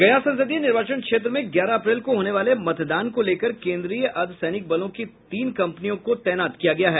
गया संसदीय निर्वाचन क्षेत्र में ग्यारह अप्रैल को होने वाले मतदान को लेकर केन्द्रीय अर्द्वसैनिक बलों की तीन कंपनियों को तैनात किया गया है